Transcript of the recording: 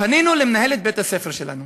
פנינו למנהלת בית-הספר שלנו